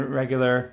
regular